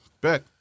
Bet